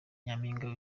nyampinga